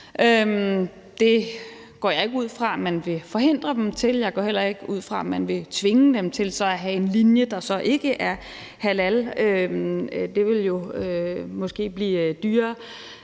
Det går jeg ikke ud fra man vil forhindre dem i, og jeg går heller ikke ud fra, at man vil tvinge dem til så at have en linje, der så ikke er halal, for det ville måske så blive dyrere.